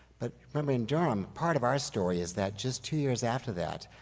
but remember in durham, part of our story is that just two years after that,